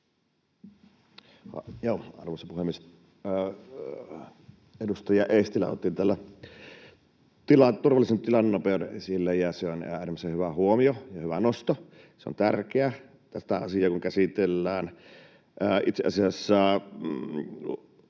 Arvoisa puhemies! Edustaja Eestilä otti täällä turvallisen tilannenopeuden esille, ja se on äärimmäisen hyvä huomio ja hyvä nosto. Se on tärkeä, tätä asiaa kun käsitellään.